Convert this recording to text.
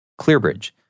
Clearbridge